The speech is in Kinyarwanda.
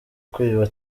kwiba